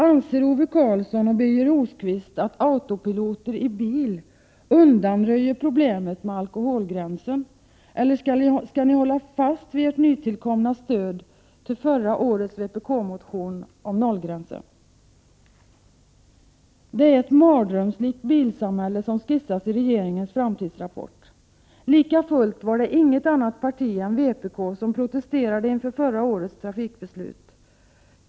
Anser Ove Karlsson och Birger Rosqvist att autopiloter i bil undanröjer problemet med alkoholgränsen, eller skall ni hålla fast vid ert nytillkomna stöd till förra årets vpk-motion om nollgränsen? Det är ett mardrömslikt bilsamhälle som skisseras i regeringens framtidsrapport. Likafullt var det inget annat parti än vpk som protesterade inför förra årets trafikbeslut.